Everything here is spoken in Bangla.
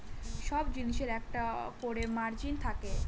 সব জিনিসের একটা করে মার্জিন থাকে